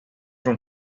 from